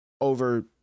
over